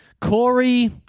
Corey